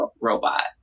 robot